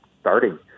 starting